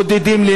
בודדים.